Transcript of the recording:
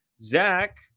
Zach